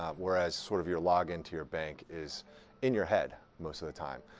whereas sort of your log into your bank is in your head most of the time.